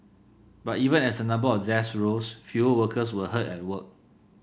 but even as the number of deaths rose fewer workers were hurt at work